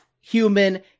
human